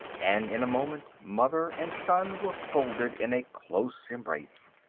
and in a moment mother and son were folded in a close embrace.